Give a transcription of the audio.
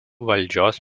valdžios